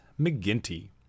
McGinty